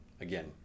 again